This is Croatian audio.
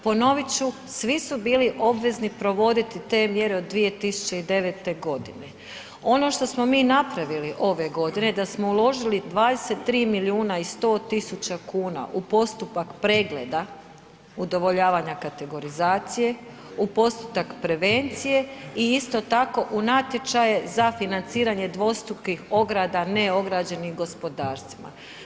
Ponovit ću, svi su bili obvezni provoditi te mjere od 2009. g. Ono što smo mi napravili ove godine, da smo uložili 23 milijuna i 100 tisuća kuna u postupak pregleda udovoljavanja kategorizacije, u postotak prevencije i isto tako, u natječaje za financiranje dvostrukih ograda neograđenim gospodarstvima.